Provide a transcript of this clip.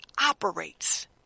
operates